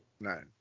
No